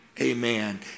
Amen